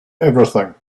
everything